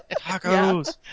Tacos